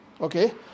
Okay